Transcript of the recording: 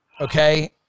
Okay